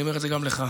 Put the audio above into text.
אני אומר את זה גם לך,